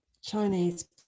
Chinese